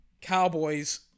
Cowboys